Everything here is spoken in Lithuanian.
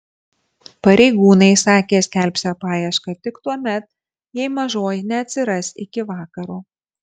pareigūnai sakė skelbsią paiešką tik tuomet jei mažoji neatsiras iki vakaro